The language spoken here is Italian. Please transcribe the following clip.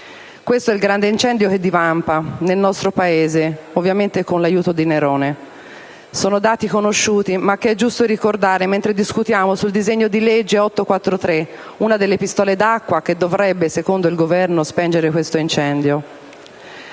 Questo è il Grande incendio che divampa nel nostro Paese, ovviamente con l'aiuto di Nerone. Sono dati conosciuti, ma che è giusto ricordare mentre discutiamo il disegno di legge n. 843: una delle pistole ad acqua che dovrebbero, secondo il Governo, spegnere questo incendio.